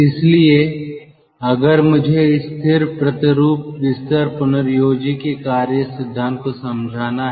इसलिए अगर मुझे इस फिक्स्ड ट्विन बेड रेजनरेटर के कार्य सिद्धांत को समझाना है